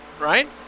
right